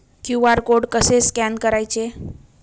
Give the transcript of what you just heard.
QR code कसे scan करायचे?